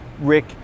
Rick